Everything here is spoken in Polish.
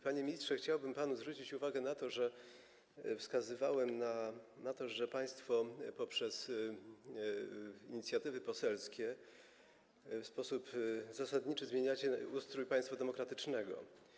Panie ministrze, chciałbym zwrócić pana uwagę na to, że wskazywałem, że państwo poprzez inicjatywy poselskie w sposób zasadniczy zmieniacie ustrój państwa demokratycznego.